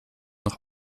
noch